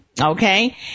Okay